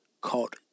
called